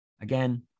again